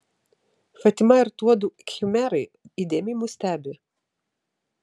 fatima ir tuodu khmerai įdėmiai mus stebi